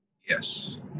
Yes